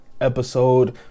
episode